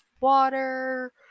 water